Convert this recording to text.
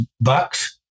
bucks